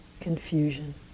confusion